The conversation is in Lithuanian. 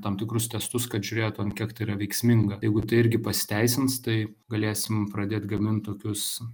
tam tikrus testus kad žiūrėtų ant kiek tai yra veiksminga jeigu tai irgi pasiteisins tai galėsim pradėt gamint tokius